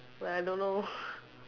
when I don't know